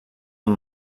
amb